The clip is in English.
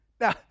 Now